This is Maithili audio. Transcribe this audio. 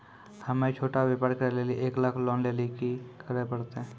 हम्मय छोटा व्यापार करे लेली एक लाख लोन लेली की करे परतै?